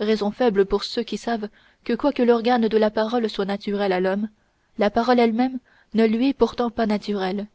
raisons faibles pour ceux qui savent que quoique l'organe de la parole soit naturel à l'homme la parole elle-même ne lui est pourtant pas naturelle